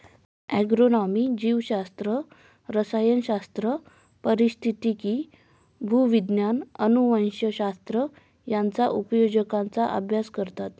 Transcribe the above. agronomy जीवशास्त्र, रसायनशास्त्र, पारिस्थितिकी, भूविज्ञान, अनुवंशशास्त्र यांच्या उपयोजनांचा अभ्यास करतात